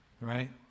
right